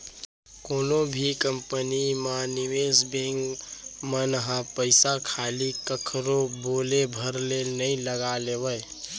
कोनो भी कंपनी म निवेस बेंक मन ह पइसा खाली कखरो बोले भर ले नइ लगा लेवय